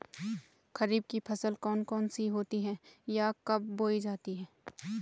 खरीफ की फसल कौन कौन सी होती हैं यह कब बोई जाती हैं?